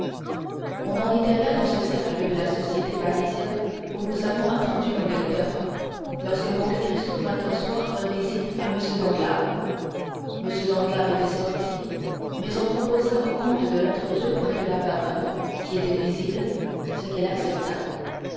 on en était là dans ce cercle de la société parisienne où nous avons introduit nos lecteurs lorsque monte cristo vint un soir faire visite à m danglars m danglars était sorti mais on proposa au comte de l'introduire près de la baronne qui était visible ce qu'il accepta